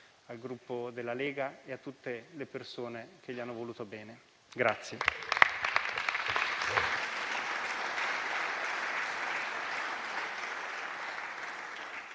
al Gruppo Lega e a tutte le persone che gli hanno voluto bene.